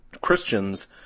Christians